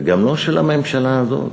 וגם לא של הממשלה הזאת: